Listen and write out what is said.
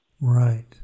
right